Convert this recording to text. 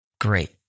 Great